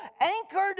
anchored